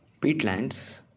Peatlands